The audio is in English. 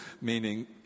Meaning